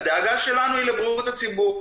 הדאגה שלנו היא לבריאות הציבור,